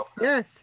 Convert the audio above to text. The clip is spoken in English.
Yes